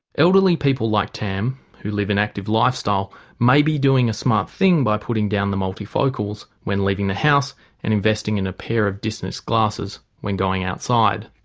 elderly people like tam who lead an active lifestyle may be doing a smart thing by putting down the multifocals when leaving the house and investing in a pair of distance glasses when going outside.